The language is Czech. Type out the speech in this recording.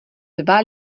dva